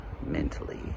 mentally